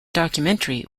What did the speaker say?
documentary